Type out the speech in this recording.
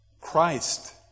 Christ